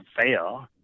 fail